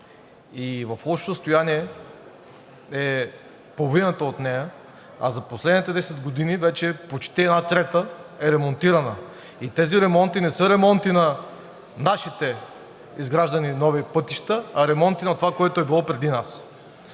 и в лошо състояние е половината от нея, а за последните 10 години почти 1/3 е ремонтирана. Тези ремонти не са ремонти на нашите изграждани нови пътища, а ремонти на това, което е било преди нас.